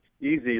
easy